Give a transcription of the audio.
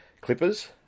Clippers